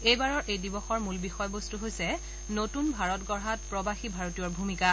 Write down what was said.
এইবাৰৰ এই দিৱসৰ মূল বিষয়বস্তু হৈছে নতুন ভাৰত গঢ়াত প্ৰবাসী ভাৰতীয়ৰ ভূমিকা